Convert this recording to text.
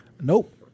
Nope